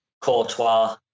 Courtois